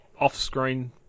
off-screen